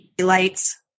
lights